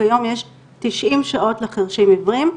וכיום יש תשעים שעות לחרשים עיוורים.